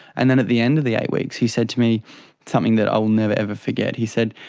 and then at the end of the eight weeks he said to me something that i'll never, ever forget, he said,